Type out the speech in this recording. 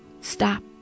stop